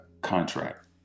contract